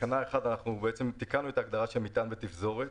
1 תיקנו את ההגדרה של מטען בתפזורת.